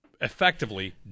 Effectively